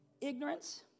ignorance